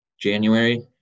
January